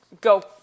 go